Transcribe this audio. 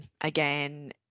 Again